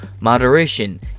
moderation